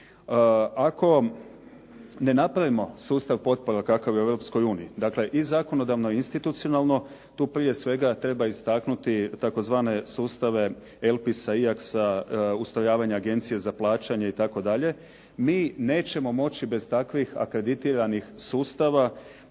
Ako ne napravimo sustav potpora kakav je u Europskoj uniji, dakle i zakonodavno i institucionalno tu prije svega treba istaknuti tzv. sustave LPIS-a, IAX-a, ustrojavanje agencije za plaćanje itd., mi nećemo moći bez takvih akreditiranih sustava